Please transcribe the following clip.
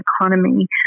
economy